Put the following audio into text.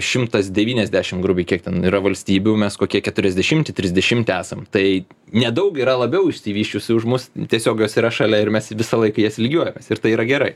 šimtas devyniasdešim grubiai kiek ten yra valstybių mes kokie keturiasdešimti trisdešimti esam tai nedaug yra labiau išsivysčiusių už mus tiesiog jos yra šalia ir mes visą laik į jas lygiuojamės ir tai yra gerai